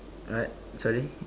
what sorry